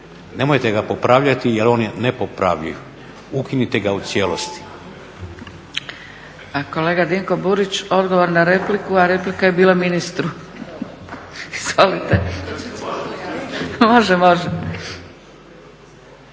nemojte ga popravljati jer on je nepopravljiv. Ukinite ga u cijelosti. **Zgrebec, Dragica (SDP)** A kolega Dinko Burić, odgovor na repliku a replika je bila ministru. Izvolite. …/Upadica